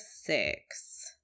six